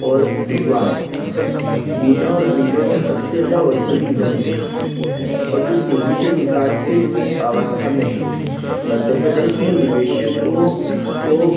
और रीवा है गुना और रीवा में सबसे ज़्यादा औद्योगिक धंधे है और जो तेज़ी से विकासशील अवस्था में हैं मध्य प्रदेश में निवेशकों को